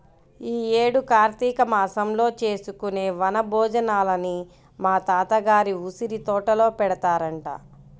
యీ యేడు కార్తీక మాసంలో చేసుకునే వన భోజనాలని మా తాత గారి ఉసిరితోటలో పెడతారంట